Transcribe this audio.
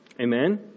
Amen